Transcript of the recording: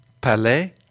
Palais